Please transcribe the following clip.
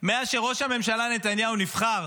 מאז שראש הממשלה נתניהו נבחר